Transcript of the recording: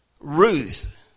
Ruth